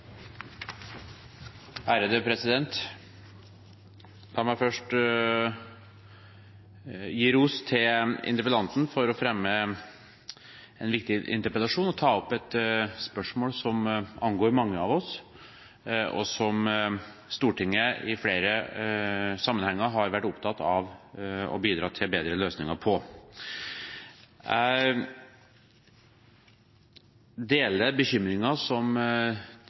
La meg først gi ros til interpellanten for å fremme en viktig interpellasjon og ta opp et spørsmål som angår mange av oss, og som Stortinget i flere sammenhenger har vært opptatt av å bidra til bedre løsninger på. Jeg deler bekymringen som